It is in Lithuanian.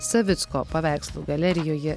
savicko paveikslų galerijoje